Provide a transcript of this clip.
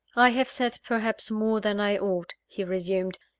i have said perhaps more than i ought, he resumed.